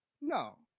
No